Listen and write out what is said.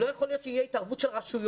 לא יכול להיות שתהיה התערבות של רשויות.